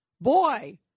Boy